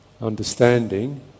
understanding